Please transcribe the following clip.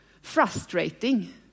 Frustrating